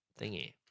thingy